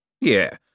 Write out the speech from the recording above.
Yeah